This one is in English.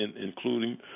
including